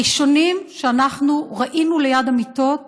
הראשונים שאנחנו ראינו ליד המיטות